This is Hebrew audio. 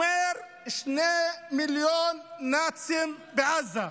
שאמר: שני מיליון נאצים בעזה.